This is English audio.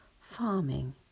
farming